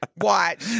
Watch